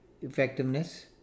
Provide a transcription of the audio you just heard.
effectiveness